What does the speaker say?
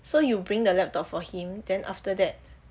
so you bring the laptop for him then after that